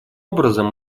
образом